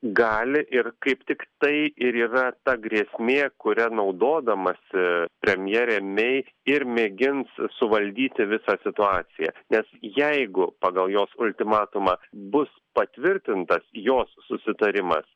gali ir kaip tiktai ir yra ta grėsmė kuria naudodamasi premjerė mei ir mėgins suvaldyti visą situaciją nes jeigu pagal jos ultimatumą bus patvirtintas jos susitarimas